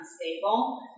unstable